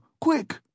Quick